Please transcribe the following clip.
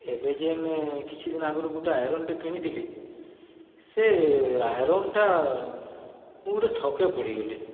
ଏବେ ଯେନେ କିଛି ଦିନ ଆଗରୁ ଗୋଟିଏ ଆଇରନ୍ଟେ କିଣିଥିଲି ସେ ଆଇରନ୍ଟା ମୁଁ ଗୋଟିଏ ଠକେ ପଡ଼ିଗଲି